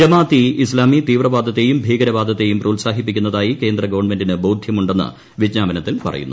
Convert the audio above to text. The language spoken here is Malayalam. ജമാത്ത് ഇ ഇസ്താമി തീവ്രവാദത്തേയും ഭീകരവാദത്തേയും പ്രോത്സാഹിപ്പിക്കുന്നതായി കേന്ദ്രഗവൺമെന്റിന് ബോധ്യമുണ്ടെന്ന് വിജ്ഞാപനത്തിൽ പറയുന്നു